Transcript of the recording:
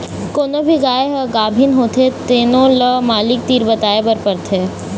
कोनो भी गाय ह गाभिन होथे तेनो ल मालिक तीर बताए बर परथे